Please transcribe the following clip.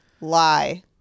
lie